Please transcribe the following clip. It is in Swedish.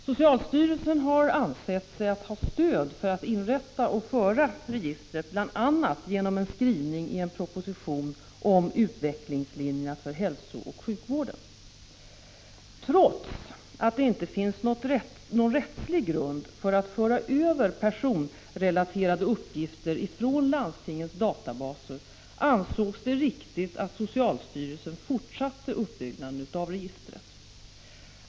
Socialstyrelsen har ansett sig ha stöd för att inrätta och föra register bl.a. genom en skrivning i en proposition om utvecklingslinjer för hälsooch sjukvården. Trots att det inte finns någon rättslig grund för att föra över personrelaterade uppgifter från landstingens databaser, ansågs det riktigt att socialstyrelsen fortsatte uppbyggnaden av registret.